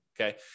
okay